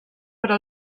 però